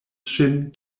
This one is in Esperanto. ŝin